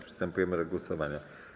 Przystępujemy do głosowania.